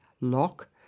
lock